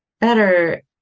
better